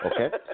Okay